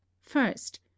First